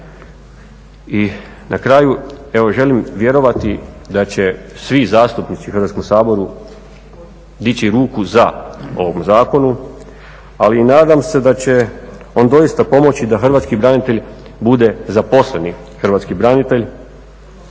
I na kraju, evo želim vjerovati da će svi zastupnici u Hrvatskom saboru dići ruku za ovom zakonu, ali i nadam se da će on doista pomoći da Hrvatski branitelj bude zaposleni Hrvatski branitelj